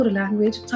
language